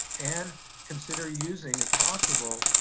and consider using, if possible,